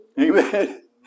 Amen